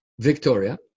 Victoria